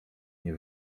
nie